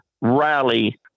Rally